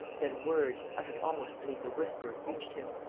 then words, uttered almost beneath a whisper, reached him